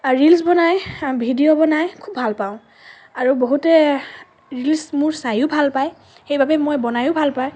reels বনাই video বনাই খুব ভাল পাওঁ আৰু বহুতে ৰিলছ্ মোৰ চায়ো ভাল পায় সেইবাবে মই বনায়ো ভাল পাওঁ